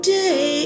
day